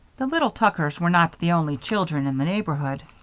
the little tuckers were not the only children in the neighborhood.